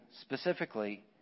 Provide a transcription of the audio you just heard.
specifically